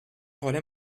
rôle